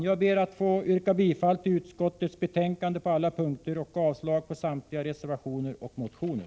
Jag ber att få yrka bifall till utskottets hemställan på alla punkter och avslag på samtliga reservationer och motioner.